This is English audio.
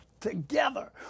together